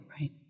Right